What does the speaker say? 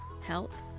health